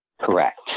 Correct